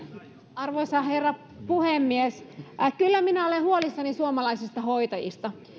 arvoisa herra puhemies kyllä minä olen huolissani suomalaisista hoitajista